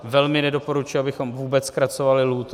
Velmi nedoporučuji, abychom vůbec zkracovali lhůtu.